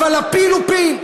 אבל הפיל הוא פיל.